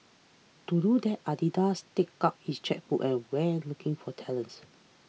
to do that Adidas took out its chequebook and went looking for talents